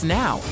now